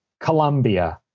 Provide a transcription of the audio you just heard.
Colombia